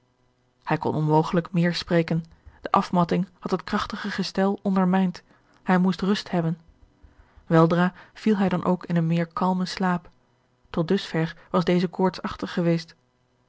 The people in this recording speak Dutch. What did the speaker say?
hij kon onmogelijk meer spreken de afmatting had het krachtige gestel ondermijnd hij moest rust hebben weldra viel hij dan ook in een meer kalmen slaap tot dusverre was deze koortsachtig geweest